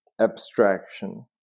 abstraction